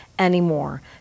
anymore